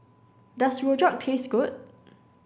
does Rojak taste good